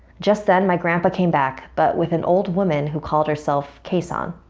just then my grandpa came back but with an old woman who called herself kasan.